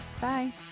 Bye